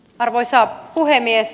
arvoisa puhemies